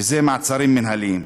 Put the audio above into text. שזה מעצרים מינהליים.